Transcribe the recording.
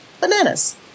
bananas